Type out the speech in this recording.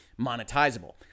monetizable